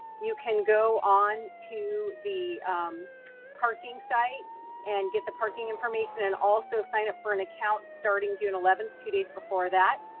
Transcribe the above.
you can go on to the parking site and get the parking information and also sign up for an account starting june eleven, two days before that.